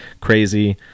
crazy